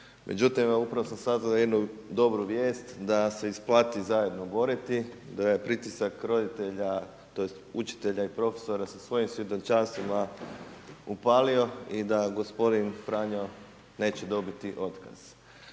Međutim evo upravo sam saznao jednu dobru vijest, da se isplati zajedno boriti da je ovaj pritisak roditelja tj. učitelja i profesora sa svojim svjedočanstvima upalio i da gospodin Franjo neće dobiti otkaz.